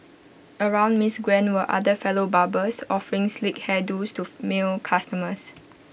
around miss Gwen were other fellow barbers offering sleek hair do's to male customers